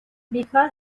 بیکار